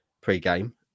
pre-game